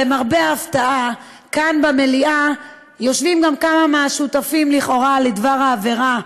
למרבה ההפתעה כאן במליאה יושבים גם כמה מהשותפים לכאורה לדבר העבירה,